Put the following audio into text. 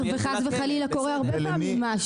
--- וחס וחלילה קורה הרבה פעמים משהו.